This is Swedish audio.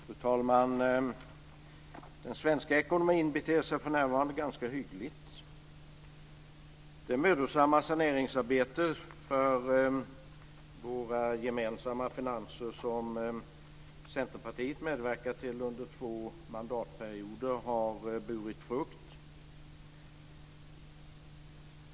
Fru talman! Den svenska ekonomin beter sig för närvarande ganska hyggligt. Det mödosamma saneringsarbete för våra gemensamma finanser som Centerpartiet medverkat till under två mandatperioder har burit frukt.